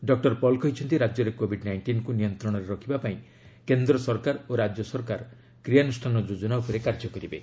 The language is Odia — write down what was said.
ଡକ୍ଟର ପଲ୍ କହିଛନ୍ତି ରାଜ୍ୟରେ କୋବିଡ ନାଇଷ୍ଟିନ୍କୁ ନିୟନ୍ତ୍ରଣରେ ରଖିବା ପାଇଁ କେନ୍ଦ୍ର ସରକାର ଓ ରାଜ୍ୟ ସରକାର କ୍ରିୟାନୁଷ୍ଠାନ ଯୋଜନା ଉପରେ କାର୍ଯ୍ୟ କରିବେ